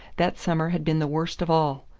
that summer had been the worst of all.